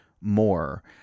more